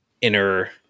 inner